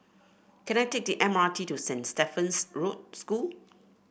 can I take the M R T to Saint Stephen's School